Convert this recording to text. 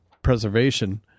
preservation